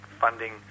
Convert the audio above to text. funding